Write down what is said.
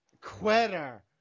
Quitter